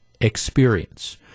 experience